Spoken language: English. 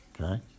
Okay